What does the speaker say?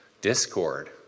Discord